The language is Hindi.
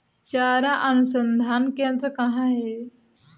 चारा अनुसंधान केंद्र कहाँ है?